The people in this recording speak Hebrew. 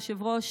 יושב-ראש